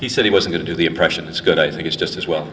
he said he was going to do the impression is good i think it's just as well